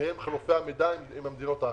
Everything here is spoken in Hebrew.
התקיים חילוף המידע עם המדינות האחרות.